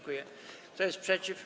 Kto jest przeciw?